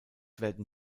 werden